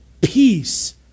peace